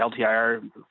LTIR